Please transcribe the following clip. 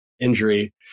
injury